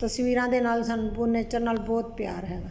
ਤਸਵੀਰਾਂ ਦੇ ਨਾਲ ਸਾਨੂੰ ਨੇਚਰ ਨਾਲ ਬਹੁਤ ਪਿਆਰ ਹੈਗਾ